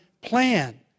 plan